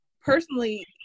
personally